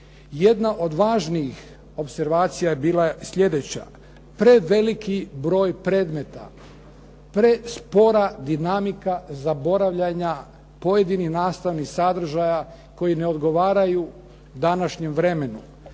Jedna od važnijih opservacija je bila sljedeća. Preveliki broj predmeta, prespora dinamika zaboravljanja pojedinih nastavnih sadržaja koji ne odgovaraju današnjem vremenu.